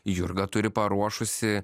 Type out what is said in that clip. jurga turi paruošusi